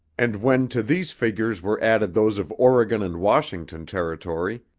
and when to these figures were added those of oregon and washington territory,